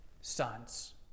sons